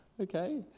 okay